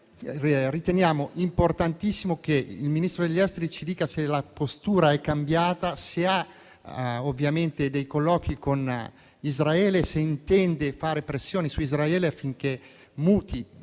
riteniamo importantissimo che il Ministro degli affari esteri ci dica se la postura è cambiata, se ha colloqui con Israele e se intende fare pressioni su di esso affinché muti